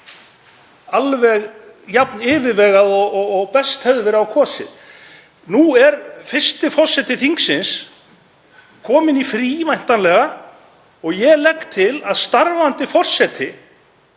alveg jafn yfirvegað og best hefði verið á kosið. Nú er fyrsti forseti þingsins kominn í frí, væntanlega, og ég legg til að starfandi forseti,